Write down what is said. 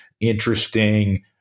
interesting